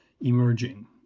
emerging